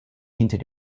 hinter